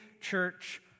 church